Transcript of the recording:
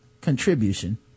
contribution